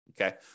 Okay